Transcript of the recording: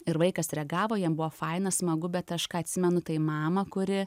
ir vaikas reagavo jam buvo faina smagu bet aš ką atsimenu tai mamą kuri